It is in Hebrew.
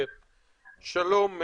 שלום,